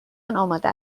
آماده